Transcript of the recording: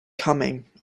coming